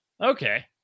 Okay